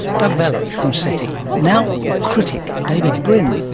doug vakoch from seti. now a critic, david brin,